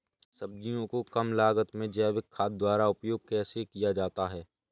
सब्जियों को कम लागत में जैविक खाद द्वारा उपयोग कैसे किया जाता है?